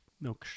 No